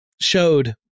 showed